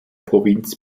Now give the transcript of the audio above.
provinz